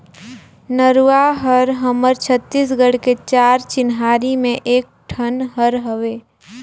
नरूवा हर हमर छत्तीसगढ़ के चार चिन्हारी में एक ठन हर हवे